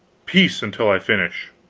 peace, until i finish.